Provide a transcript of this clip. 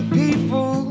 people